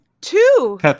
two